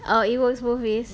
orh it works both ways